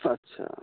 अच्छा